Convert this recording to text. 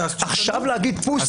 עכשיו להגיד: פוס,